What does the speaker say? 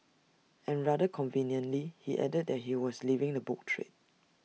and rather conveniently he added that he was leaving the book trade